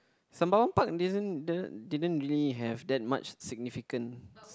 Sembawang Park didn't didn't didn't really have that much significance